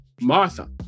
Martha